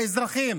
לאזרחים.